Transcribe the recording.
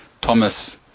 Thomas